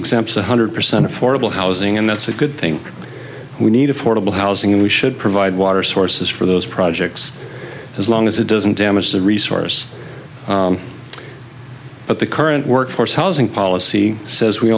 one hundred percent affordable housing and that's a good thing we need affordable housing and we should provide water sources for those projects as long as it doesn't damage the resource but the current workforce housing policy says we